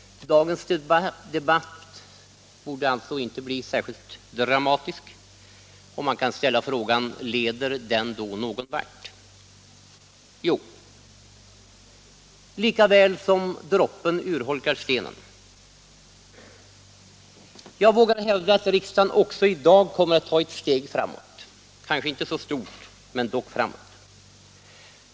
Dagens debatt borde därför inte bli särskilt dramatisk, och man kan ställa frågan: Leder den då någonvart? Jo, lika väl som droppen urholkar stenen vågar jag hävda att riksdagen också i dag kommer att ta ett steg framåt, kanske inte så stort men dock framåt.